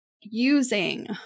using